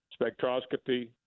spectroscopy